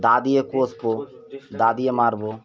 দা দিয়ে কষবো দা দিয়ে মারবো